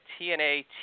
TNA